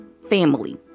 family